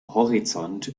horizont